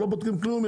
לא בודקים כלום,